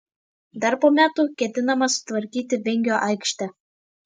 dar po metų ketinama sutvarkyti vingio aikštę